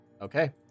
Okay